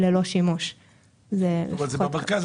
לבדוק למה תמיד אותו אחד מגיש,